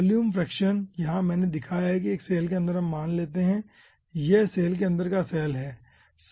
volume fraction मैंने यहाँ दिखाया है कि एक सैल के अंदर हम मान लेते है कि यह सैल के अंदर का सैल है